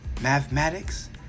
mathematics